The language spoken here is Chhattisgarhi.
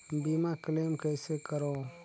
बीमा क्लेम कइसे करों?